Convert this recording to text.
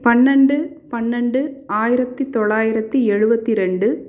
பன்னெண்டு பன்னெண்டு ஆயிரத்தி தொள்ளாயிரத்தி எழுபத்தி ரெண்டு